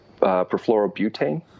perfluorobutane